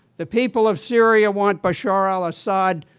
the people of syria want bashar al-assad.